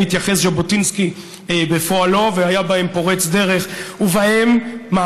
התייחס ז'בוטינסקי בפועלו והיה בהם פורץ דרך,